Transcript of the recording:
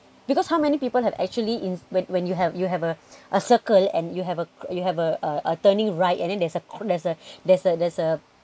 because how many people have actually in when when you have you have a a circle and you have a you have a a turning right and then there's a cor~ there's a there's a there's a